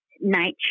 nature